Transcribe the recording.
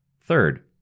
Third